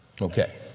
Okay